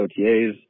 OTAs